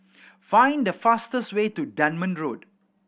find the fastest way to Dunman Road